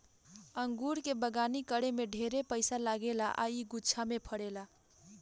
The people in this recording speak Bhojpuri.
अंगूर के बगानी करे में ढेरे पइसा लागेला आ इ गुच्छा में फरेला